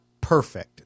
perfect